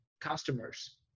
customers